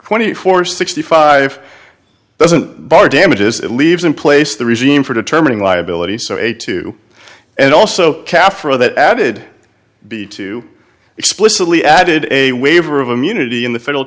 twenty four sixty five doesn't bar damages it leaves in place the regime for determining liability so a two and also calf or other added the two explicitly added a waiver of immunity in the federal